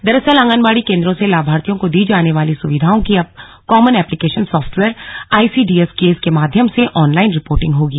दरअसल आंगनबाड़ी केंद्रों से लाभार्थियों को दी जाने वाली सुविधाओं की अब common application software ICDS CAS के माध्यम से ऑनलाइन रिपोर्टिंग होगी